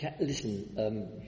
Listen